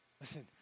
Listen